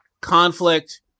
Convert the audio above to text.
conflict